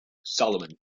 solomon